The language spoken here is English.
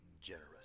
generous